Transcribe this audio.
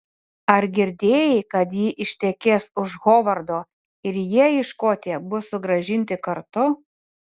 ar girdėjai kad ji ištekės už hovardo ir jie į škotiją bus sugrąžinti kartu